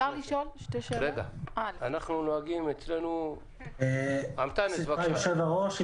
בעצם היתה לי אותה תהייה כמו ליושב-ראש.